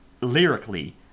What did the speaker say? lyrically